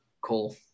Cool